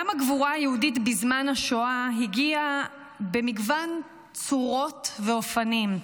גם הגבורה היהודית בזמן השואה הגיעה במגוון צורות ואופנים.